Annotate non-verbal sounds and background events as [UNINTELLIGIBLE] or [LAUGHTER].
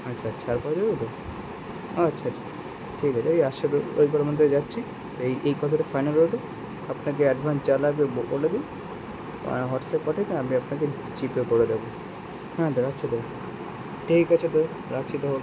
আচ্ছা ছাড় করে দেবেন তো ও আচ্ছা আচ্ছা ঠিক আছে ওই একসাথে ওই [UNINTELLIGIBLE] মধ্যেই যাচ্ছি এই এই কথাটা ফাইনাল রইলো আপনাকে অ্যাডভান্স যা লাগবে বলে দেবেন হোয়াটসঅ্যাপ পাঠিয়ে দেন আমি আপনাকে জিপে করে দেবো হ্যাঁ দাদা আচ্ছা দাদা ঠিক আছে দা রাখছি তাহলে